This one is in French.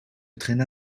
traîna